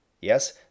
Yes